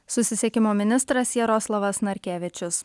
susisiekimo ministras jaroslavas narkevičius